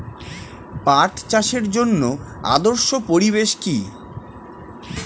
পাট চাষের জন্য আদর্শ পরিবেশ কি?